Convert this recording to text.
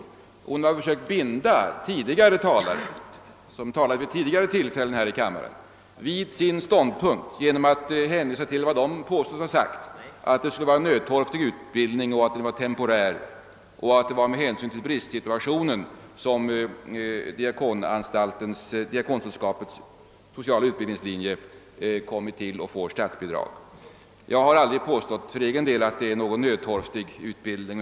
Fröken Olsson har försökt binda dem, som talat vid tidigare tillfällen i denna kammare när denna fråga behandlats, vid sina ståndpunkter genom att hänvisa till vad de skulle ha yttrat, t.ex. att det skulle förekomma en nödtorftig utbildning av temporär karaktär vid Sköndalsinstitutet och att det varit med hänsyn till bristsituationen som Svenska diakonsällskapets sociala utbildningslinje tillkommit och erhållit statsbidrag. Jag har aldrig för egen del påstått att det är fråga om en nödtorftig utbildning.